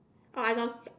oh I got